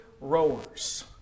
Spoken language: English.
rowers